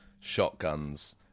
shotguns